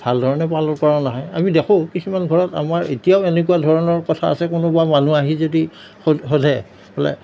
ভালধৰণে পালন কৰা নাই আমি দেখোঁ কিছুমান ঘৰত আমাৰ এতিয়াও এনেকুৱা ধৰণৰ কথা আছে কোনোবা মানুহ আহি যদি সো সোধে বোলে